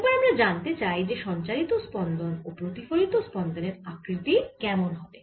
এবার আমরা জানতে চাই যে সঞ্চারিত স্পন্দন ও প্রতিফলিত স্পন্দনের আকৃতি কেমন হবে